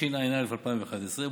התשע"א 2011,